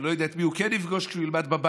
אני לא יודע את מי הוא כן יפגוש כשהוא ילמד בבית,